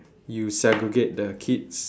you segregate the kids